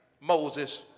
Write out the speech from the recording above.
Moses